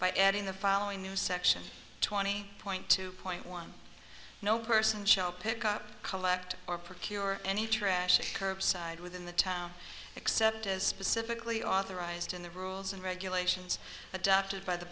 by adding the following new section twenty point two point one no person shall pick up collect or procure any trash curbside within the town except as specifically authorized in the rules and regulations adopted by the